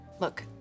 Look